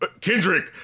Kendrick